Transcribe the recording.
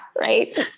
right